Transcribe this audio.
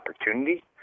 opportunity